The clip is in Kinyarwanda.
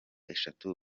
eshatu